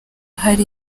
hari